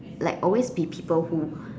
like always be people who